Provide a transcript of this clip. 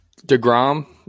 degrom